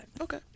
Okay